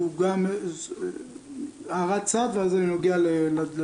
שהוא גם הערת צד ואז אני מגיע לדיון,